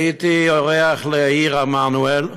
הייתי אורח בעיר עמנואל,